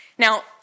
Now